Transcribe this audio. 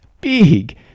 big